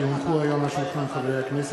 כי הונחו היום על שולחן הכנסת,